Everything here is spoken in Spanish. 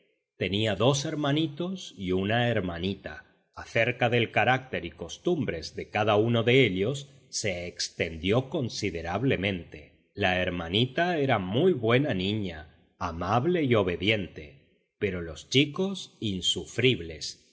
tenía dos hermanitos y una hermanita acerca del carácter y costumbres de cada uno de ellos se extendió considerablemente la hermanita era muy buena niña amable y obediente pero los chicos insufribles